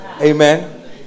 Amen